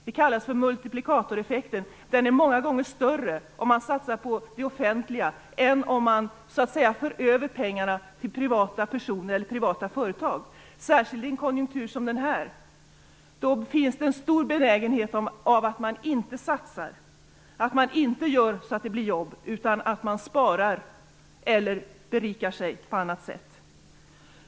Det kallas för multiplikatoreffekten, och den är många gånger större om man satsar på det offentliga än om man så att säga för över pengarna till privata personer eller privata företag, särskilt i en konjunktur som denna. Då finns en stor benägenhet att inte satsa och se till att det skapas jobb utan att man sparar eller berikar sig på annat sätt.